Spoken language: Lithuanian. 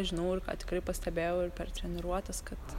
žinau ir tikrai pastebėjau ir per treniruotes kad